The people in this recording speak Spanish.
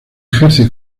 ejerce